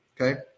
Okay